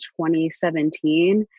2017